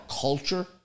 culture